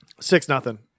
Six-nothing